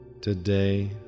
Today